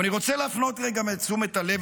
אבל אני רוצה להפנות רגע את תשומת הלב